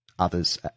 Others